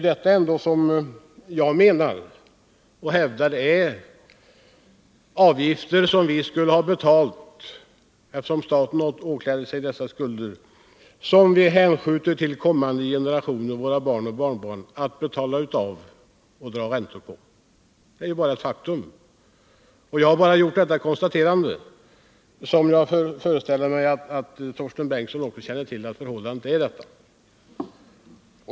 Jag hävdar att det är avgifter som vi skulle ha betalat, eftersom staten ikläder sig dessa skulder, men som vi hänskjuter till kommande generationer, till våra barn och barnbarn, att amortera av och betala räntor på. Det är ett faktum. Jag har gjort detta konstaterande, och jag föreställer mig att också Torsten Bengtson känner till att förhållandet är detta.